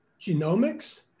genomics